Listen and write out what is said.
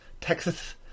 Texas